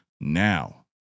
now